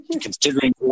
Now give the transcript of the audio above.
Considering